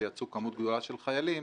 שיצאו כמות גדולה של חיילים